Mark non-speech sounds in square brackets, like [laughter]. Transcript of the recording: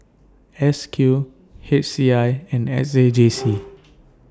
S Q H C I and S A J C [noise]